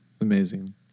Amazing